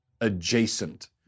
adjacent